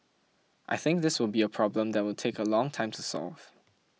I think this will be a problem that will take a long time to solve